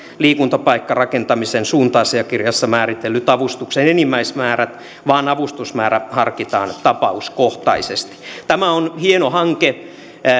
liikuntapaikkarakentamisen suunta asiakirjassa määritellyt avustuksen enimmäismäärät vaan avustusmäärä harkitaan tapauskohtaisesti tämä on hieno hanke